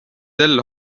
sel